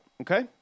okay